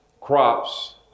crops